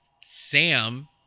Sam